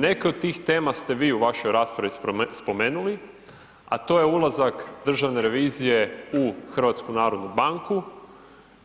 Neke od tih tema ste vi u vašoj raspravi spomenuli a to je ulazak Državne revizije u HNB,